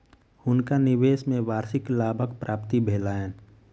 हुनका निवेश में वार्षिक लाभक प्राप्ति भेलैन